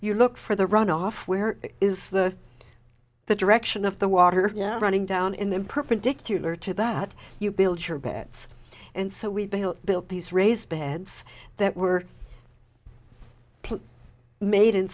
you look for the runoff where is the the direction of the water running down in them perpendicular to that you build your beds and so we've built these raised beds that were made in